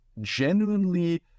genuinely